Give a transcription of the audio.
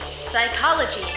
psychology